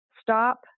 stop